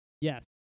Yes